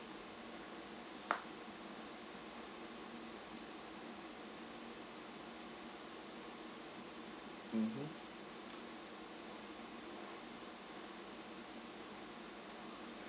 mmhmm